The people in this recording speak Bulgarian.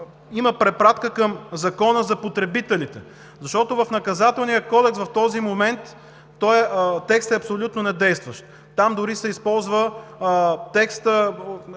има препратка към Закона за потребителите. В Наказателния кодекс в този момент текстът е абсолютно недействащ. Там дори се използва препратка